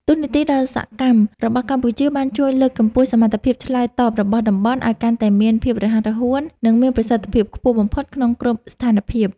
តួនាទីដ៏សកម្មរបស់កម្ពុជាបានជួយលើកកម្ពស់សមត្ថភាពឆ្លើយតបរបស់តំបន់ ឱ្យកាន់តែមានភាពរហ័សរហួន និងមានប្រសិទ្ធភាពខ្ពស់បំផុតក្នុងគ្រប់ស្ថានភាព។